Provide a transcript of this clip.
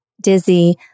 dizzy